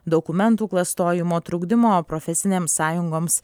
dokumentų klastojimo trukdymo profesinėms sąjungoms